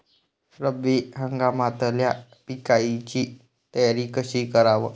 रब्बी हंगामातल्या पिकाइची तयारी कशी कराव?